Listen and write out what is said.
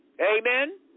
Amen